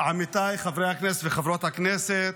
כבוד היושב-ראש, עמיתיי חברי הכנסת וחברות הכנסת,